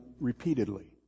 repeatedly